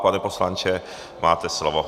Pane poslanče, máte slovo.